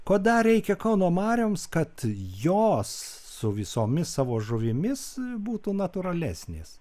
ko dar reikia kauno marioms kad jos su visomis savo žuvimis būtų natūralesnės